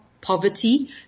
poverty